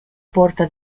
porta